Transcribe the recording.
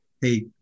hey